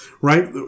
right